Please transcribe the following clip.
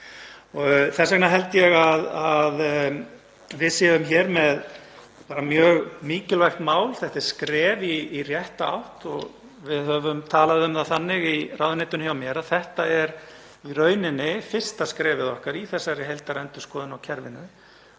Þess vegna held ég að við séum hér með bara mjög mikilvægt mál. Þetta er skref í rétta átt. Við höfum talað um það þannig í ráðuneytinu hjá mér að þetta sé í rauninni fyrsta skrefið okkar í þessari heildarendurskoðun á kerfinu.